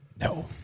No